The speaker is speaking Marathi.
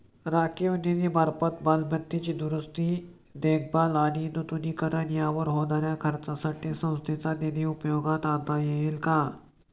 राखीव निधीमार्फत मालमत्तेची दुरुस्ती, देखभाल आणि नूतनीकरण यावर होणाऱ्या खर्चासाठी संस्थेचा निधी उपयोगात आणता येईल का?